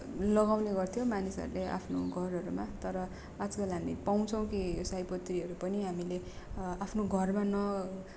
लगाउने गर्थ्यौँ मानिसहरूले आफ्नो घरहरूमा तर आजकल हामी पाउछौँ कि सयपत्रीहरू पनि हामीले आफ्नो घरमा न